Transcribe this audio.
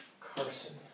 Carson